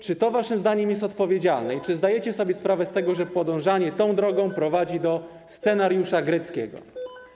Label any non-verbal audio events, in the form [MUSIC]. Czy to waszym zdaniem jest odpowiedzialne [NOISE] i czy zdajecie sobie sprawę z tego, że podążanie tą drogą prowadzi do scenariusza greckiego?